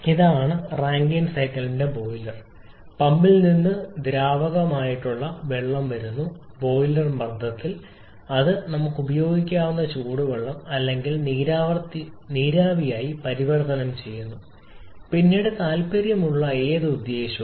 ഇതാണ് റാങ്കൈൻ സൈക്കിളിന്റെ ബോയിലർ പമ്പിൽ നിന്ന് ദ്രാവക വെള്ളം വരുന്നു ബോയിലർ മർദ്ദം അത് നമുക്ക് ഉപയോഗിക്കാവുന്ന ചൂടുവെള്ളം അല്ലെങ്കിൽ നീരാവി ആയി പരിവർത്തനം ചെയ്യുന്നു പിന്നീട് താൽപ്പര്യമുള്ള ഏത് ഉദ്ദേശ്യവും